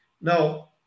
Now